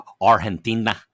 Argentina